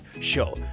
show